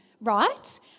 right